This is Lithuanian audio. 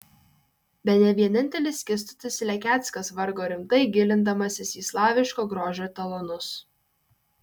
bene vienintelis kęstutis lekeckas vargo rimtai gilindamasis į slaviško grožio etalonus